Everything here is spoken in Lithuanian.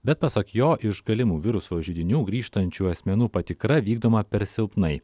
bet pasak jo iš galimų viruso židinių grįžtančių asmenų patikra vykdoma per silpnai